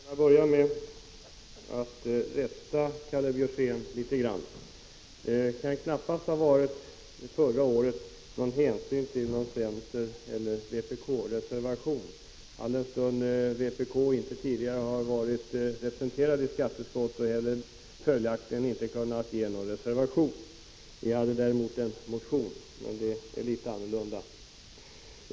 Herr talman! Jag skulle vilja börja med att rätta Karl Björzén litet. Det kan knappast ha varit fråga om en vpk-reservation förra året, alldenstund vpk inte tidigare varit representerat i skatteutskottet och följaktligen inte heller kunnat avge någon reservation. Vi hade däremot en motion, men det är en annan sak.